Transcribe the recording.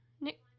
Nick